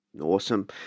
Awesome